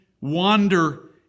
wander